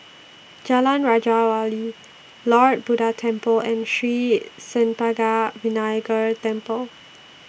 Jalan Raja Wali Lord Buddha Temple and Sri Senpaga Vinayagar Temple